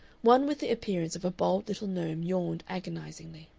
one with the appearance of a bald little gnome yawned agonizingly.